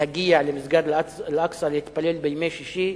להגיע למסגד אל-אקצא להתפלל בימי שישי,